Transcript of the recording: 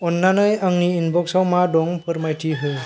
अन्नानै आंनि इनबक्साव मा दं फोरमायथि हो